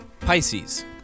Pisces